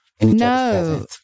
No